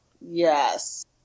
Yes